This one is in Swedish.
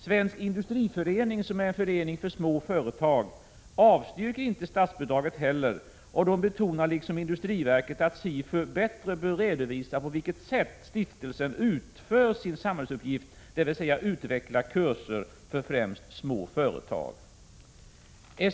Svensk industriförening, som är en förening för små företag, avstyrker inte heller statsbidrag, men betonar — liksom industriverket — att SIFU bättre bör redovisa på vilket sätt stiftelsen utför sin samhällsuppgift, dvs. utvecklar kurser för främst små företag.